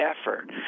effort